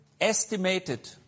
estimated